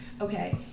okay